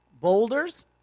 boulders